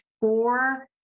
four